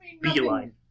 beeline